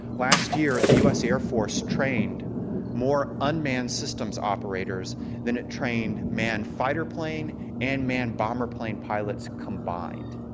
last year the us air force trained more unmanned systems operators than it trained manned fighter plane and manned bomber plane pilots combined.